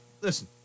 listen